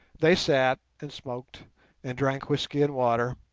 they sat and smoked and drank whisky and water,